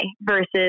versus